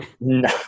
no